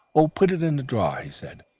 oh, put it in a drawer he said,